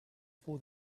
for